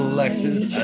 Alexis